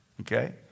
Okay